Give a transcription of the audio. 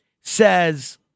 says